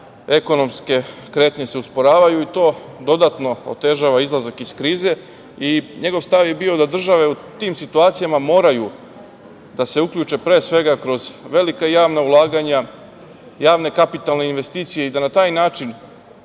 ekonomske kretnje se usporavaju i to dodatno otežava izlazak iz krize i njegov stav je bio da države u tim situacijama moraju da se uključe, pre svega kroz velika javna ulaganja, javne kapitalne investicije i da na taj način